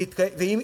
ותראי,